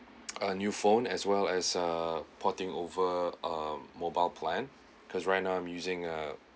a new phone as well as a porting over ah mobile plan because right now I'm using uh